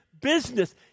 business